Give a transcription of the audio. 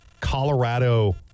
Colorado